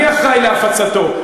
אני אחראי להפצתו,